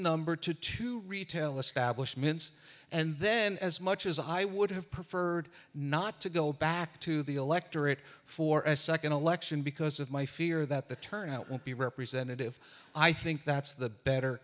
number to two retail establishments and then as much as i would have preferred not to go back to the electorate for a second election because of my fear that the turnout would be representative i think that's the better